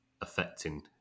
affecting